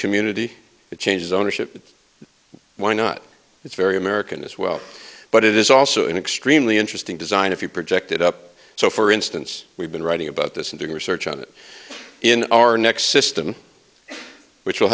community it changes ownership why not it's very american as well but it is also an extremely interesting design if you project it up so for instance we've been writing about this and doing research on it in our next system which will